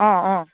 অঁ অঁ